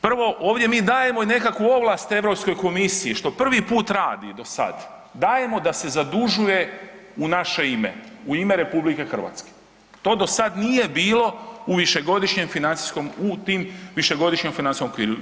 Prvo, ovdje mi dajemo i nekakvu ovlast Europskoj komisiji, što prvi put radi do sad, dajemo da se zadužuje u naše ime, u ime RH, to do sad nije bilo u višegodišnjem financijskom, u tim višegodišnjem financijskom okviru.